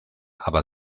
aber